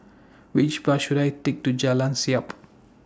Which Bus should I Take to Jalan Siap